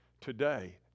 Today